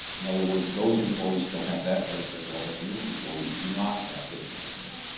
in other words, those employees still have that benefit while the new employees do not have those benefits.